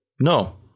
No